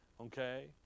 Okay